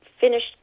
finished